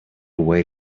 way